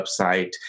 website